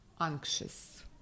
anxious